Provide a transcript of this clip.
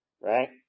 right